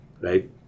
right